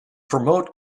promote